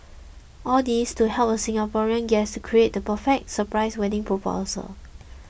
all this to help a Singaporean guest create the perfect surprise wedding proposal